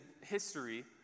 history